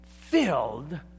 filled